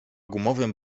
gumowym